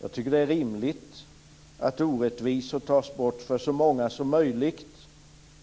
Jag tycker att det är rimligt att orättvisor tas bort för så många som möjligt